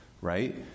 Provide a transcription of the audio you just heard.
right